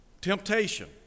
temptation